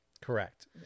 correct